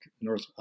North